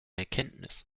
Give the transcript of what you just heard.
erkenntnis